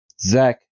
Zach